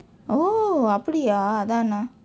oh அப்படியா அதான் நான்:appadiyaa athaan naan